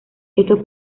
estos